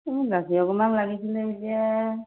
মোক গাখীৰ অকমান লাগিছিলে এতিয়া